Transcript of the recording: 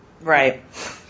Right